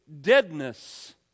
deadness